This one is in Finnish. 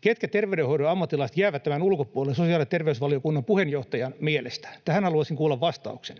Ketkä terveydenhoidon ammattilaiset jäävät tämän ulkopuolelle sosiaali- ja terveysvaliokunnan puheenjohtajan mielestä? Tähän haluaisin kuulla vastauksen.